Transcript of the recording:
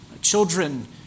Children